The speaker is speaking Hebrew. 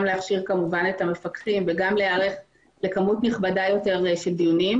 גם להכשיר את המפקחים וגם להיערך לכמות נכבדה יותר של דיונים.